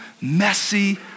messy